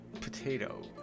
potato